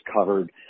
covered